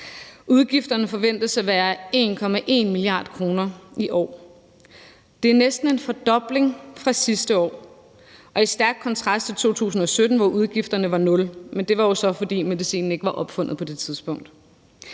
Udgifterne forventes at være 1,1 mia. kr. i år. Det er næsten en fordobling fra sidste år, og det står i stærk kontrast til 2017, hvor udgifterne var nul, men det var jo så, fordi den medicin ikke var opfundet på det tidspunkt.